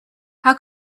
how